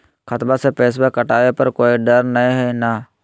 खतबा से पैसबा कटाबे पर कोइ डर नय हय ना?